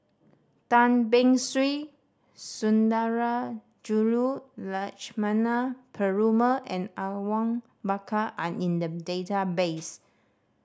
Tan Beng Swee Sundarajulu Lakshmana Perumal and Awang Bakar are in the database